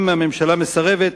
אם הממשלה מסרבת,